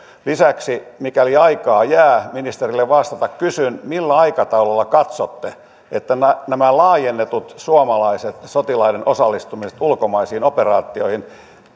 lisäksi mikäli aikaa jää ministerille vastata kysyn millä aikataululla katsotte että nämä laajennetut suomalaisten sotilaiden osallistumiset ulkomaisiin operaatioihin